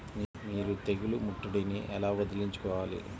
మీరు తెగులు ముట్టడిని ఎలా వదిలించుకోవాలి?